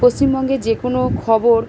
পশ্চিমবঙ্গের যে কোনও খবর